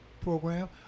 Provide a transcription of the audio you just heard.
program